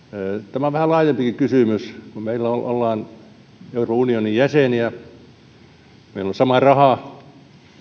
tämä on vähän laajempikin kysymys kun ollaan euroopan unionin jäseniä ja meillä on sama raha